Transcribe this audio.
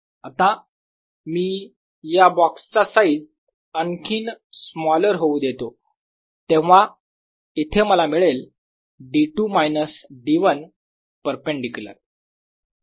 आता मी या बॉक्सचा साईज आणखीन स्मॉलर होऊ देतो तेव्हा इथे मला मिळेल D2 मायनस D1 परपेंडीक्युलर